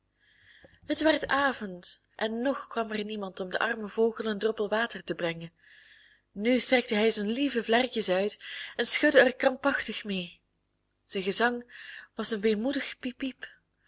het werd avond en nog kwam er niemand om den armen vogel een droppel water te brengen nu strekte hij zijn lieve vlerkjes uit en schudde er krampachtig mee zijn gezang was een weemoedig piep piep